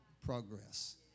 progress